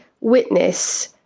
witness